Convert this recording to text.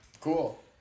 Cool